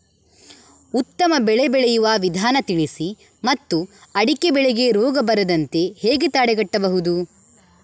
ಉತ್ತಮ ಬೆಳೆ ಬೆಳೆಯುವ ವಿಧಾನ ತಿಳಿಸಿ ಮತ್ತು ಅಡಿಕೆ ಬೆಳೆಗೆ ರೋಗ ಬರದಂತೆ ಹೇಗೆ ತಡೆಗಟ್ಟಬಹುದು?